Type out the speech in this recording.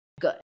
Good